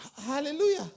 Hallelujah